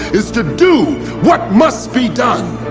is to do what must be done,